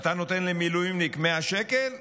אתה נותן למילואימניק 100 שקל,